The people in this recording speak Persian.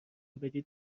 بدید